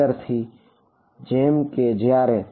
વિદ્યાર્થી જેમ કે જ્યારે